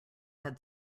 had